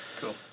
cool